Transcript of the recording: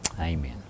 Amen